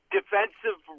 Defensive